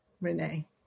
Renee